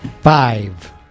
Five